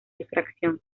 difracción